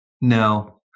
No